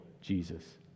Jesus